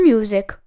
Music